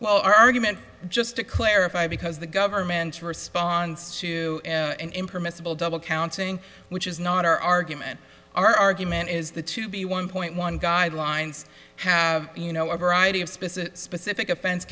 well argument just to clarify because the government responds to an impermissible double counting which is not our argument our argument is that to be one point one guidelines have you know a variety of specific specific offense